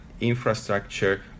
infrastructure